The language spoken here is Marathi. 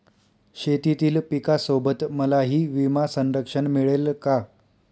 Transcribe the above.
शेतीतील पिकासोबत मलाही विमा संरक्षण मिळेल का?